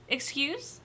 Excuse